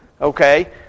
Okay